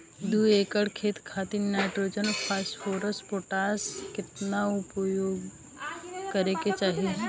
दू एकड़ खेत खातिर नाइट्रोजन फास्फोरस पोटाश केतना उपयोग करे के चाहीं?